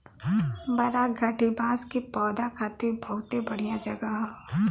बराक घाटी बांस के पौधा खातिर बहुते बढ़िया जगह हौ